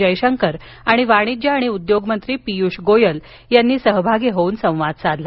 जयशंकर आणि वाणिज्य आणि उद्योगमंत्री पियुष गोयल यांनी सहभागी होऊन संवाद साधला